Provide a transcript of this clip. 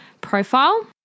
profile